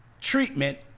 treatment